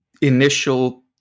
initial